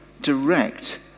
direct